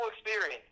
experience